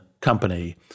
company